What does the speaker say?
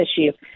issue